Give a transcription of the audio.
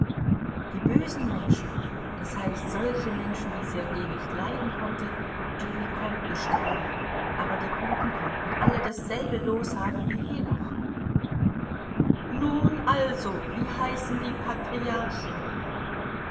die bösen menschen das heißt solche menschen die sergei nicht leiden konnte die konnten sterben aber die guten konnten alle dasselbe los haben wie henoch nun also wie heißen die patriarchen